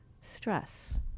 stress